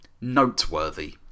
noteworthy